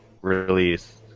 release